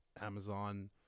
Amazon